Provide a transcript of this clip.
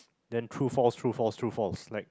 then true false true false true false like